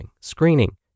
screening